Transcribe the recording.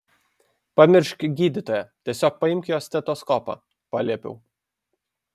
pamiršk gydytoją tiesiog paimk jo stetoskopą paliepiau